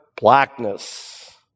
blackness